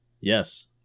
Yes